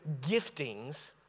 giftings